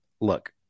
look